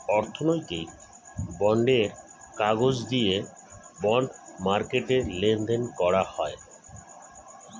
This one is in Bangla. অর্থনৈতিক বন্ডের কাগজ দিয়ে বন্ড মার্কেটে লেনদেন করা হয়